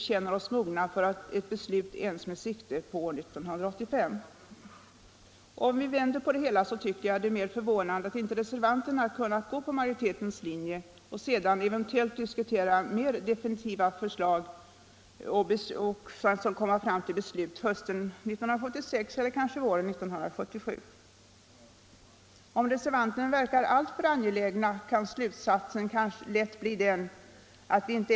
Kommunförbundet och planverket har dragit upp riktlinjer för denna verksamhet, och de följer också utvecklingen. Reservanten har ju heller inte någonting emot att byggnadsnämnden är den instans som har yttersta ansvaret. Argumenten för reservationen 4 om högre anslag och ramar kommer herr Åkerfeldt senare att utveckla.